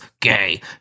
Gay